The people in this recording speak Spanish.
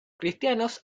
cristianos